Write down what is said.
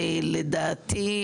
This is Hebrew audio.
לדעתי,